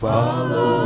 Follow